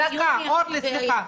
אורלי, סליחה.